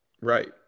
right